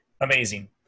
amazing